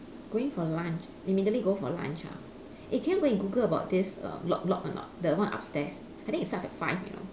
going for lunch immediately go for lunch ah eh can you go and google about this err lok-lok or not the one upstairs I think it starts at five you know